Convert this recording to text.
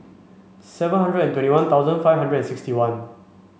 seven hundred and twenty one thousand five hundred and sixty one